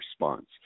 response